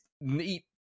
neat